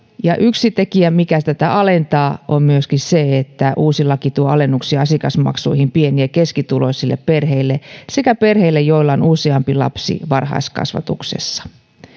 yksi tekijä mikä tätä alentaa on myöskin se että uusi laki tuo alennuksia asiakasmaksuihin pieni ja keskituloisille perheille sekä perheille joilla on useampi lapsi varhaiskasvatuksessa